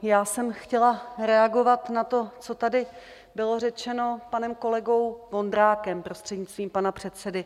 Já jsem chtěla reagovat na to, co tady bylo řečeno panem kolegou Vondrákem, prostřednictvím pana předsedy.